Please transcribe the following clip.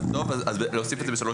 אז להוסיף את זה ב3(ב)?